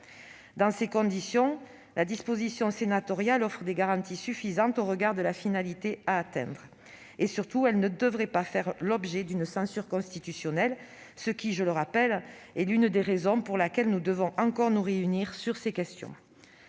Dans ces conditions, la disposition proposée par le Sénat offre des garanties suffisantes au regard du but à atteindre. Surtout, elle ne devrait pas faire l'objet d'une censure de la part du Conseil constitutionnel, ce qui, je le rappelle, est l'une des raisons pour lesquelles nous devons encore nous réunir sur ces questions.